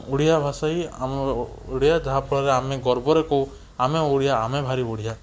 ଓଡ଼ିଆ ଭାଷା ହିଁ ଆମର ଓଡ଼ିଆ ଯାହାଫଳରେ ଆମେ ଗର୍ବରେ କହୁ ଆମେ ଓଡ଼ିଆ ଆମେ ଭାରି ବଢ଼ିଆ